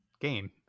game